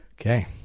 Okay